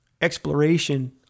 exploration